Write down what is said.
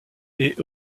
est